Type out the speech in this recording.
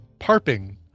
Parping